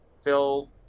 Phil